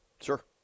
Sure